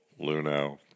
Luno